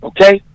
Okay